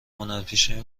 هنرپیشه